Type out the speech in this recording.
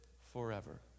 forever